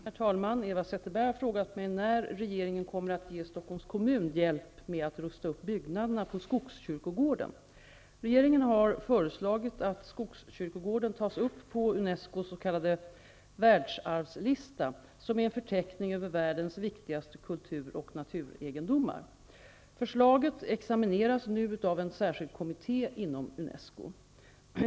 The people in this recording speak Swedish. Herr talman! Eva Zetterberg har frågat mig när regeringen kommer att ge Stockholms kommun hjälp med att rusta upp byggnaderna på Regeringen har föreslagit att Skogskyrkogården tas upp på Unescos s.k. världsarvslista som är en förteckning över världens viktigaste kultur och naturegendomar. Förslaget examineras nu av en särskild kommitté inom Unesco.